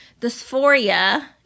dysphoria